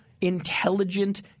intelligent